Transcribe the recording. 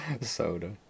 Soda